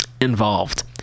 involved